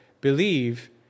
believe